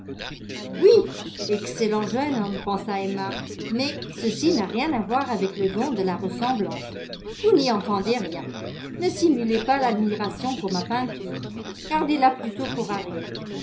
oui excellent jeune homme pensa emma mais ceci n'a rien à voir avec le don de la ressemblance vous n'y entendez rien ne simulez pas l'admiration pour ma peinture gardez là plutôt pour harriet